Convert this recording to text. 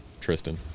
Tristan